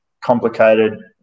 complicated